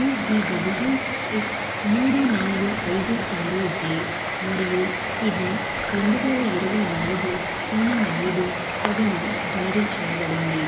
you V W X మూడు నాలుగు ఐదు ఆరు జే మరియు ఇది రెండు వేల ఇరవై నాలుగు సున్నా ఐదు పదిన జారీ చేయబడింది